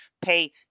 pay